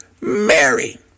Mary